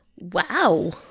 Wow